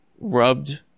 rubbed